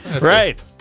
right